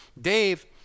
Dave